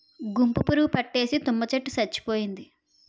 గుంపు పురుగు పట్టేసి తుమ్మ చెట్టు సచ్చిపోయింది